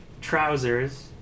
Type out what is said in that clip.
trousers